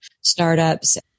startups